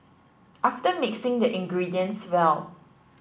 after mixing the ingredients well